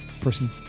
person